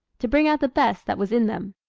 to bring out the best that was in them.